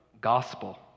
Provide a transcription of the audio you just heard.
gospel